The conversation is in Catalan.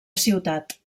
ciutat